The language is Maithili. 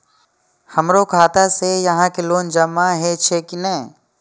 हमरो खाता से यहां के लोन जमा हे छे की ने?